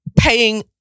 paying